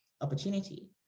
opportunity